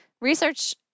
research